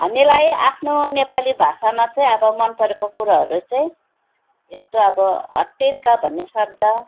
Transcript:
हामीलाई आफ्नो नेपाली भाषामा चाहिँ अब मन परेको कुरोहरू चाहिँ यस्तो अब हैत तेरिका भन्ने शब्द